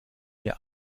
mir